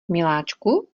miláčku